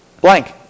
Blank